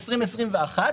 ב-2021,